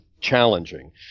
challenging